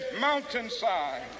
mountainside